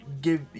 give